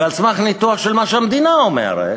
על סמך ניתוח של מה שהמדינה אומרת,